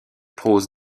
prose